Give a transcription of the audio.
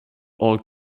all